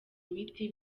imiti